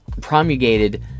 promulgated